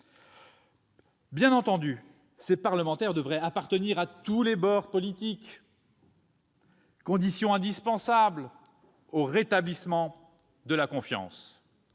Bien entendu, ils devraient appartenir à tous les bords politiques, condition indispensable au rétablissement de la confiance.